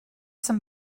some